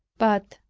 but,